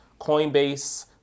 Coinbase